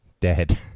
Dead